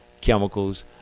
chemicals